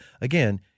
again